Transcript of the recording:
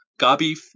Gabi